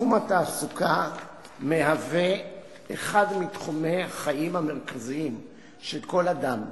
תחום התעסוקה מהווה אחד מתחומי החיים המרכזיים של כל אדם,